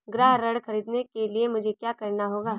गृह ऋण ख़रीदने के लिए मुझे क्या करना होगा?